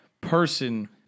person